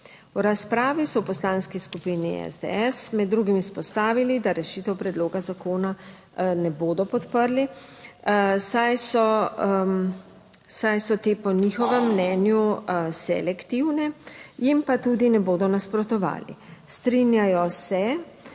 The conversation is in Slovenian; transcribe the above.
V razpravi so v Poslanski skupini SDS med drugim izpostavili, da rešitev predloga zakona ne bodo podprli. Saj so te po njihovem mnenju selektivne, jim pa tudi ne bodo nasprotovali. Strinjajo se,